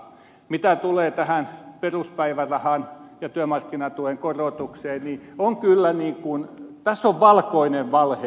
mitä tulee tähän peruspäivärahan ja työmarkkinatuen korotukseen niin tässä on kyllä niin kuin valkoinen valhe ed